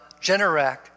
Generac